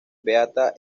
beata